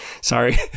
Sorry